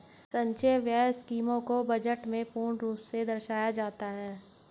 संचय व्यय और स्कीमों को बजट में पूर्ण रूप से दर्शाया जाता है